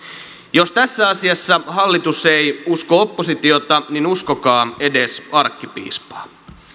jos tässä asiassa hallitus ei usko oppositiota niin uskokaa edes arkkipiispaa